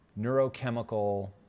neurochemical